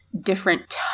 Different